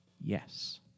yes